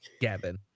Gavin